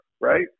right